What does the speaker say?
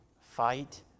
Fight